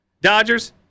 Dodgers